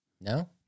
No